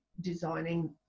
designing